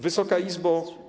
Wysoka Izbo!